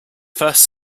first